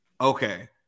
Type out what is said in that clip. okay